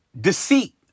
deceit